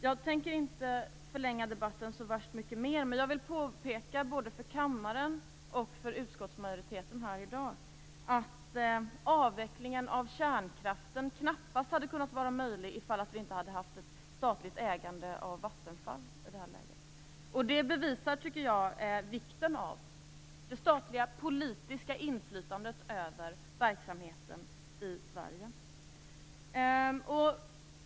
Jag tänker inte förlänga debatten så mycket mer, men jag vill påpeka både för kammaren och för utskottsmajoriteten här i dag att avvecklingen av kärnkraften knappast hade varit möjlig om vi inte hade haft ett statligt ägande av Vattenfall i det här läget. Det bevisar vikten av det statliga politiska inflytandet över verksamheten i Sverige.